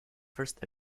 first